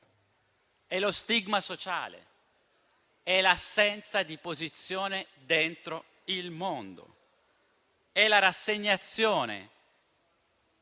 è lo stigma sociale, è l'assenza di posizione dentro il mondo, è la rassegnazione